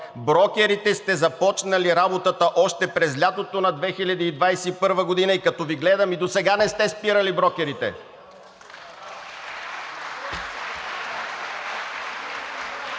брокерите сте започнали работата още през лятото на 2021 г. и като Ви гледам и досега не сте спирали, брокерите.